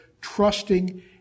trusting